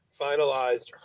finalized